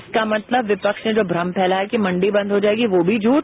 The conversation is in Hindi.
इसका मतलब विपक्ष ने जो भ्रम फैलाया कि मंडी बंद हो जाएगी वो भी झूठ